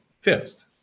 fifth